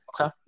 Okay